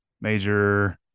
major